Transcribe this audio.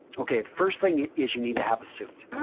ok first thing is you need to have a suit.